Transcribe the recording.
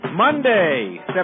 Monday